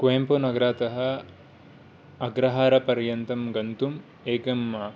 कोयेम्पु नगरतः अग्राहरपर्यन्तं गन्तुम् एकम्